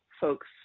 folks